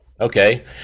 Okay